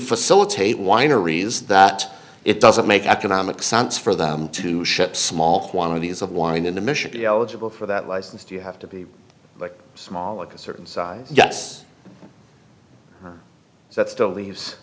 facilitate wineries that it doesn't make economic sense for them to ship small quantities of wine in the mission be eligible for that license do you have to be like small like a certain size yes that still leaves